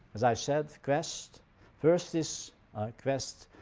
as i said quest first is quest.